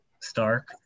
Stark